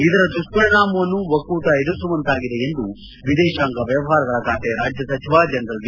ಇದರ ದುಪ್ತರಿಣಾಮವನ್ನು ಒಕ್ಕೂಟ ಎದುರಿಸುವಂತಾಗಿದೆ ಎಂದು ವಿದೇಶಾಂಗ ವ್ವವಹಾರಗಳ ಖಾತೆ ರಾಜ್ಯ ಸಚಿವ ಜನರಲ್ ವಿ